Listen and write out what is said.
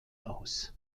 aus